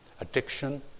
Addiction